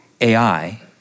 AI